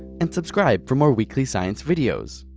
and subscribe for more weekly science videos.